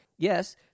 Yes